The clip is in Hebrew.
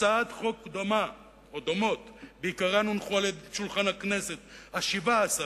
הצעות חוק דומות בעיקרן הונחו על שולחן הכנסת השבע-עשרה,